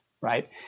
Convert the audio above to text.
right